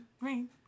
rain